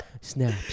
Snap